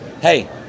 Hey